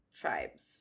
tribes